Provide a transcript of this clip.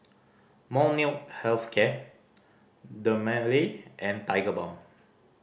Molnylcke Health Care Dermale and Tigerbalm